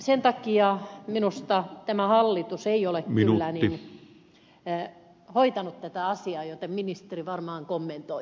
sen takia minusta tämä hallitus ei ole kyllä hoitanut tätä asiaa joten ministeri varmaan kommentoi tätä